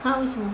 !huh! 为什么